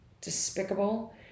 despicable